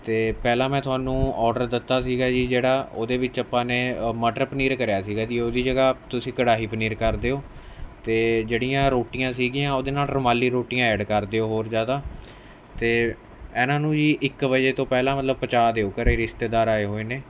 ਅਤੇ ਪਹਿਲਾਂ ਮੈਂ ਤੁਹਾਨੂੰ ਔਰਡਰ ਦਿੱਤਾ ਸੀਗਾ ਜੀ ਜਿਹੜਾ ਉਹਦੇ ਵਿੱਚ ਆਪਾਂ ਨੇ ਮਟਰ ਪਨੀਰ ਕਰਿਆ ਸੀਗਾ ਜੀ ਉਹਦੀ ਜਗ੍ਹਾ ਤੁਸੀਂ ਕੜਾਹੀ ਪਨੀਰ ਕਰ ਦਿਓ ਅਤੇ ਜਿਹੜੀਆਂ ਰੋਟੀਆਂ ਸੀਗੀਆਂ ਉਹਦੇ ਨਾਲ਼ ਰੁਮਾਲੀ ਰੋਟੀਆਂ ਐਡ ਕਰ ਦਿਓ ਹੋਰ ਜ਼ਿਆਦਾ ਅਤੇ ਇਹਨਾਂ ਨੂੰ ਜੀ ਇੱਕ ਵਜੇ ਤੋਂ ਪਹਿਲਾਂ ਮਤਲਬ ਪਹੁੰਚਾ ਦਿਓ ਘਰ ਰਿਸ਼ਤੇਦਾਰ ਆਏ ਹੋਏ ਨੇ